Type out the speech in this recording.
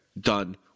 Done